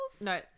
No